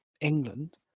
England